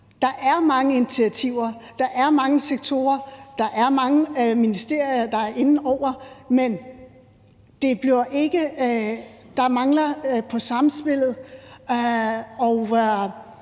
Der er mange initiativer, der er mange sektorer, der er mange ministerier, der er inde over, men der mangler noget i samspillet.